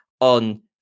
on